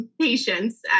patients